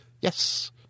yes